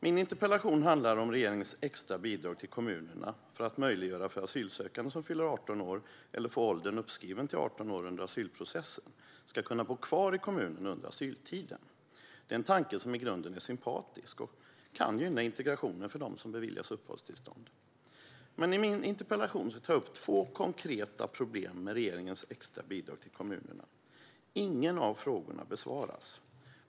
Min interpellation handlar om regeringens extra bidrag till kommunerna för att möjliggöra för asylsökande som fyller 18 år eller får åldern uppskriven till 18 år under asylprocessen att bo kvar i kommunen under asyltiden. Det är en tanke som i grunden är sympatisk och kan gynna integrationen för dem som beviljas uppehållstillstånd. I min interpellation tar jag upp två konkreta problem med regeringens extra bidrag till kommunerna. Ingen av frågorna besvaras.